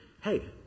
hey